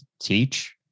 teach